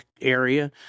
area